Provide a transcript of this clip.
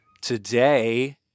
Today